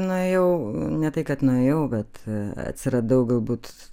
nuėjau ne tai kad nuėjau bet atsiradau galbūt